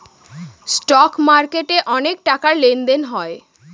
stock মার্কেটে অনেক টাকার লেনদেন হয়